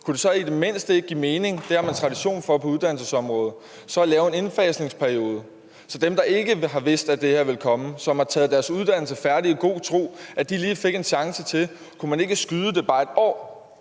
mening at lave en indfasningsperiode – det har man tradition for på uddannelsesområdet – så dem, der ikke har vidst, at det her ville komme, og som har gjort deres uddannelse færdig i god tro, lige fik en chance til? Kunne man ikke skyde det bare 1 år,